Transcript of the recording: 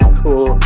cool